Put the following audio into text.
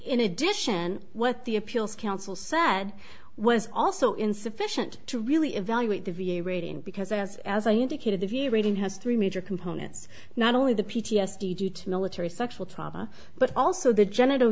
in addition what the appeals counsel said was also insufficient to really evaluate the v a rating because as as i indicated the v a rating has three major components not only the p t s d due to military sexual trauma but also the genital